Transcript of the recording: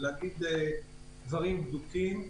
להגיד דברים בדוקים.